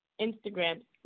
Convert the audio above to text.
Instagram